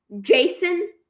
Jason